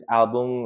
album